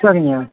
சரிங்க